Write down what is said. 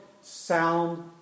sound